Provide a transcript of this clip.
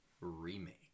Remake